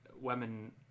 women